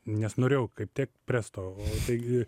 nes norėjau kaip tik presto taigi